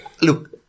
Look